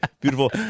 beautiful